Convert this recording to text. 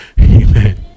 Amen